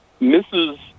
Mrs